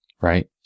right